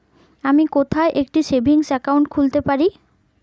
আমি কোথায় একটি সেভিংস অ্যাকাউন্ট খুলতে পারি?